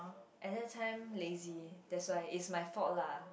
at that time lazy that's why it's my fault lah